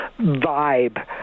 vibe